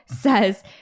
says